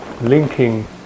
linking